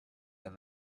and